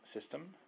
system